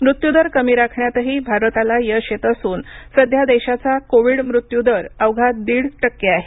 मृत्यू दर कमी राखण्यातही भारताला यश येत असून सध्या देशाचा कोविड मृत्यू दर अवघा दीड टक्के आहे